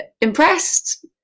impressed